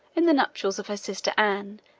in the nuptials of her sister anne,